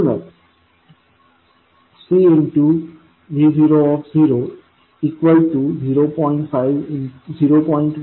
म्हणूनच Cvo 0